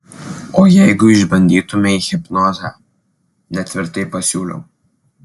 o jeigu išbandytumei hipnozę netvirtai pasiūliau